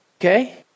okay